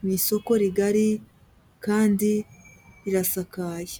mu isoko rigari kandi rirasakaye.